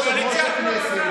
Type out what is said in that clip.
אני רוצה לשמוע את הייעוץ המשפטי,